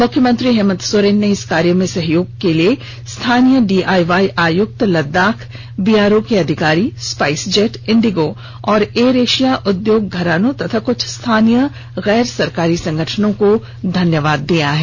मुख्यमंत्री हेमंत सोरेन ने इस कार्य में सहयोग के लिए स्थानीय डीआईवाई आयक्त लद्दाख बीआरओ के अधिकारी स्पाइस जेट इंडिगो और एयर एशिया उद्योग घरानों और क्छ स्थानीय गैर सरकारी संगठन को धन्यवाद दिया है